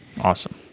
Awesome